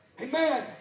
Amen